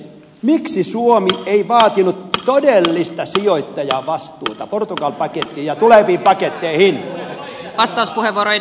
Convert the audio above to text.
miksi suomi ei vaatinut todellista sijoittajavastuuta portugali pakettiin ja tuleviin paketteihin